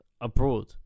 abroad